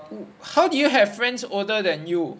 how did you have friends older than you